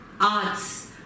arts